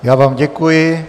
Já vám děkuji.